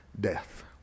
death